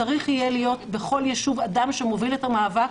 צריך יהיה להיות בכל ישוב אדם שמוביל את המאבק